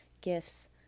gifts